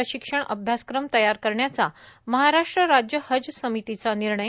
प्रशिक्षण अभ्यासक्रम तयार करण्याचा महाराष्ट्र राज्य हज समितीचा निर्णय